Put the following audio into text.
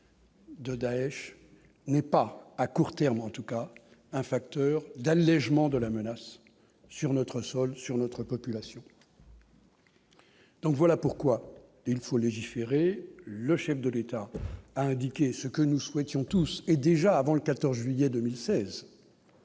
De Daech n'est pas à court terme en tout cas un facteur d'allégement de la menace sur notre sol sur notre population. Donc, voilà pourquoi il faut légiférer, le chef de l'État a indiqué, ce que nous souhaitions tous et déjà avant le 14 juillet 2016.